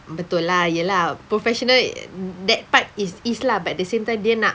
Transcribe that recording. betul lah ya lah professional that part it is lah but at the same time dia nak